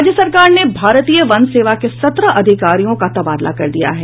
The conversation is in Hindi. राज्य सरकार ने भारतीय वन सेवा के सत्रह अधिकारियों का तबादला कर दिया है